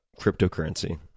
cryptocurrency